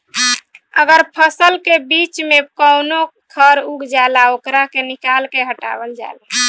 अगर फसल के बीच में कवनो खर उग जाला ओकरा के निकाल के हटावल जाला